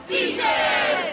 Beaches